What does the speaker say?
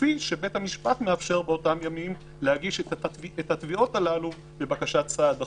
כפי שבית המשפט מאפשר באותם ימים להגיש את התביעות הללו לבקשת סעד דחוף.